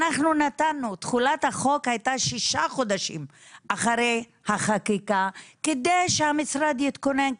תחילת החוק הייתה שישה חודשים אחרי החקיקה כדי שהמשרד יתכונן,